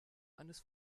eines